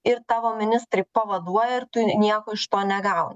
ir tavo ministrai pavaduoja ir tu nieko iš to negauni